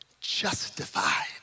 justified